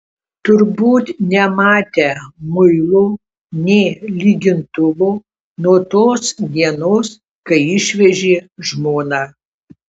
turbūt nematę muilo nė lygintuvo nuo tos dienos kai išvežė žmoną